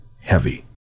heavy